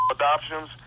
adoptions